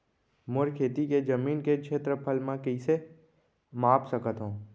मोर खेती के जमीन के क्षेत्रफल मैं कइसे माप सकत हो?